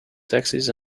taxis